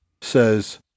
says